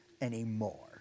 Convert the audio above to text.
anymore